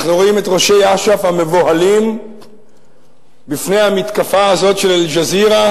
אנחנו רואים את ראשי אש"ף המבוהלים בפני המתקפה הזאת של "אל-ג'זירה",